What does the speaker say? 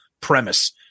premise